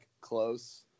close